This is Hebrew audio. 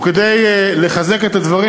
וכדי לחזק את הדברים,